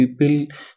people